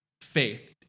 faith